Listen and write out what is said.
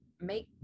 make